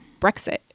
brexit